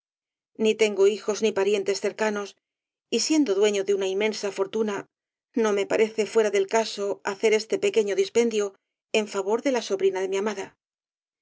ni tengo hijos ni parientes cercanos y siendo dueño de una inmensa fortuna no me parece fuera del caso hacer este pequeño dispendio en favor de la sobrina de mi amada